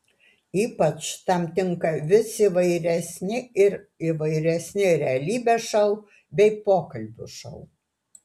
ypač tam tinka vis įvairesni ir įvairesni realybės šou bei pokalbių šou